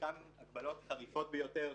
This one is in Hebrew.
חלקן הגבלות חריפות ביותר,